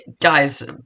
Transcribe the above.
Guys